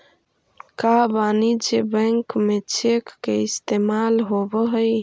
का वाणिज्य बैंक में चेक के इस्तेमाल होब हई?